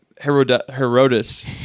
Herodotus